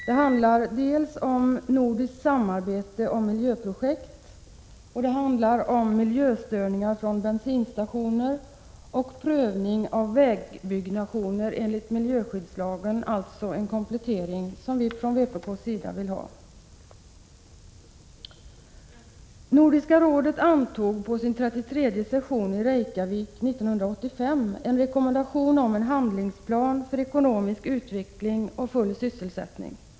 Det handlar dels om nordiskt samarbete beträffande miljöprojekt, dels om miljöstörningar från bensinstationer, dels om prövning av vägbyggnationer enligt miljöskyddslagen. Det gäller alltså den komplettering som vi i vpk vill ha. Nordiska rådet antog på sin 33:e session i Reykjavik 1985 en rekommendation om en handlingsplan för ekonomisk utveckling och full sysselsättning.